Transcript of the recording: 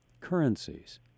currencies